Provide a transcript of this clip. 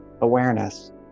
awareness